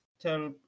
tell